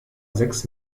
sechs